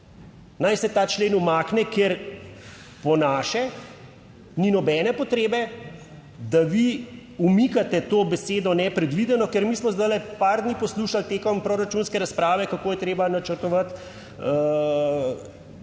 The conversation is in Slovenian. Naj se ta člen umakne, ker po naše ni nobene potrebe, da vi umikate to besedo "nepredvideno", ker mi smo zdajle par dni poslušali tekom proračunske razprave, kako je treba načrtovati, skoraj